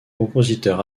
compositeur